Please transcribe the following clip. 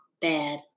bad